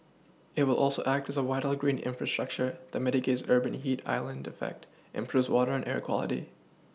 it will also act as a vital green infrastructure that mitigates urban heat island effect improves water and air quality